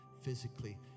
physically